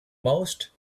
most